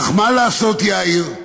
אך מה לעשות, יאיר,